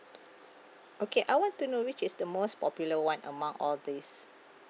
okay I want to know which is the most popular one among all these